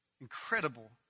incredible